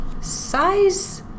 size